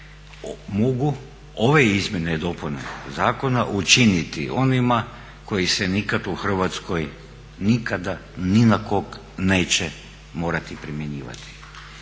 mogu ove izmjene i dopune zakona učiniti onima koji se nikada u Hrvatskoj, nikada, ni na koga neće morati primjenjivati.